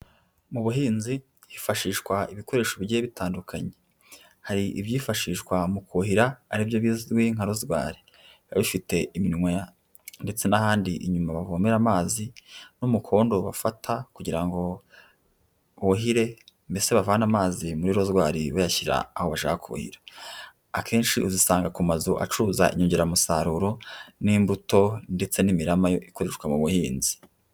Mu buhinzi hifashishwa ibikoresho bigiye bitandukanye. Hari ibyifashishwa mu kuhira ari byo bizwi nka rozwari. Biba bifite iminwa ndetse n'ahandi inyuma bavomera amazi n'umukondo bafata kugira ngo buhire mbese bavane amazi muri rozwari bayashyira aho bashaka kuhira. Akenshi uzisanga ku mazu acuruza inyongeramusaruro n'imbuto ndetse n'imirama ikoreshwa mu buhinzi.